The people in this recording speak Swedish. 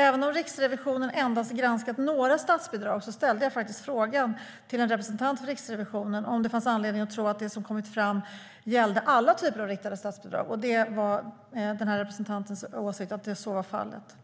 Även om Riksrevisionen endast har granskat några statsbidrag ställde jag faktiskt frågan till en representant för Riksrevisionen om det fanns anledning att tro att det som kommit fram gällde alla typer av riktade statsbidrag, och den här representantens åsikt var att så var fallet.